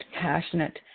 passionate